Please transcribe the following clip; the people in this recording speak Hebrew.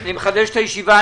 אני פותח את הישיבה.